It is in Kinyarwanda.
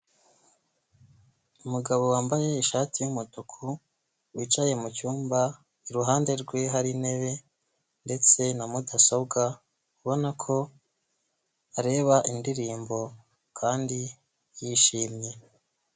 Umugabo wambaye ishati yumutuku, wicaye mucyumba iruhande rwe hari intebe, ndetse na mudasobwa ubona ko areba indirimbo kandi yishimye.